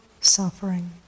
suffering